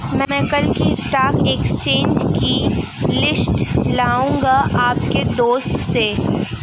मै कल की stock exchange की लिस्ट लाऊंगा अपने दोस्त से